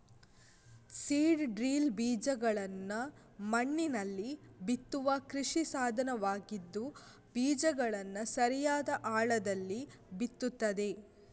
seed drill ಬೀಜಗಳನ್ನ ಮಣ್ಣಿನಲ್ಲಿ ಬಿತ್ತುವ ಕೃಷಿ ಸಾಧನವಾಗಿದ್ದು ಬೀಜಗಳನ್ನ ಸರಿಯಾದ ಆಳದಲ್ಲಿ ಬಿತ್ತುತ್ತದೆ